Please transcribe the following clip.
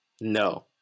No